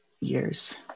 years